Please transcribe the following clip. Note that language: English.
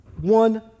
One